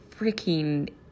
freaking